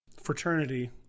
fraternity